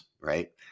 right